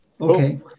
Okay